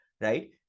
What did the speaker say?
right